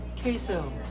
Queso